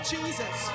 Jesus